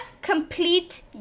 complete